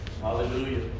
Hallelujah